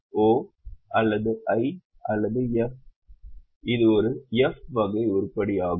O அல்லது I அல்லது F இது ஒரு எஃப் வகை உருப்படி ஆகும்